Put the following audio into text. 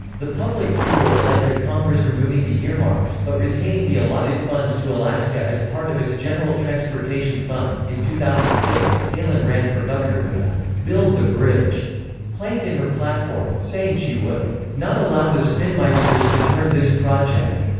the public furor led to congress removing the earmarks, but retaining the allotted funds to alaska as part of its general transportation fund in two thousand and six, palin ran for governor with a build-the-bridge plank in her platform, saying she would not allow the spinmeisters to turn this project.